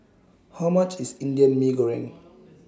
How much IS Indian Mee Goreng